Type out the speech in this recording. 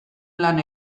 lan